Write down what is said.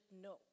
no